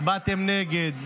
הצבעתם נגד.